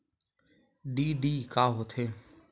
DD का होथे?